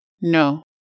No